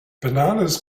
bananas